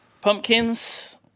Pumpkins